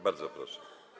Bardzo proszę.